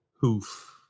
hoof